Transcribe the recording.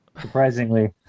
Surprisingly